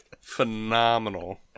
phenomenal